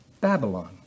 Babylon